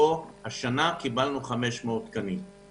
השנה קיבלנו תוספת של 500 תקנים.